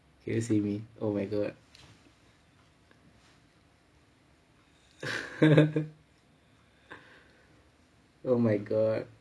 can you see me oh my god oh my god